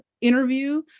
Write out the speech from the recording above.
interview